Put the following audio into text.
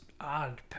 odd